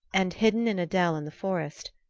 and, hidden in a dell in the forest,